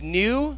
new